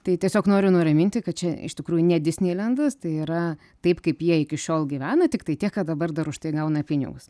tai tiesiog noriu nuraminti kad čia iš tikrųjų ne disneilendas tai yra taip kaip jie iki šiol gyvena tiktai tiek kad dabar dar už tai gauna pinigus